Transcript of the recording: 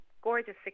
gorgeous